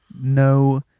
No